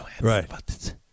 Right